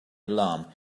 alarm